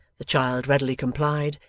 the child readily complied,